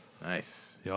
Nice